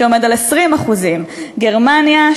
שעומד על 20%; גרמניה,